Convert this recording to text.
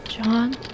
John